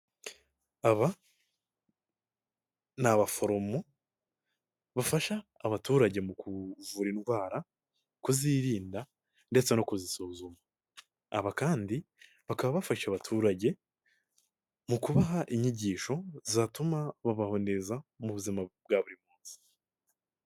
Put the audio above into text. Aba ni abaforomo bafasha abaturage mu kuvura indwara, kuzirinda ndetse no kuzisuzuma, aba kandi bakaba bafasha abaturage mu kubaha inyigisho zatuma baba neza mu buzima bwa buri munsi.